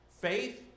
Faith